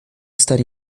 estar